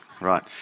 Right